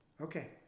Okay